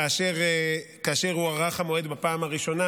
כאשר נדחה המועד בפעם הראשונה,